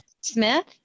Smith